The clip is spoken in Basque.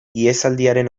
ihesaldiaren